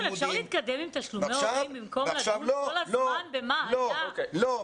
אפשר להתקדם עם תשלומי הורים במקום לעסוק כל הזמן במה שהיה?